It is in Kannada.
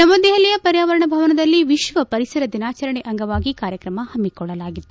ನವದೆಹಲಿಯ ಪರ್ನವರಣ್ ಭವನದಲ್ಲಿ ವಿಕ್ಷ ಪರಿಸರ ದಿನಾಚರಣೆ ಅಂಗವಾಗಿ ಕಾರ್ಯತ್ರಮ ಪಮ್ನಿಕೊಳ್ಳಲಾಗಿತ್ತು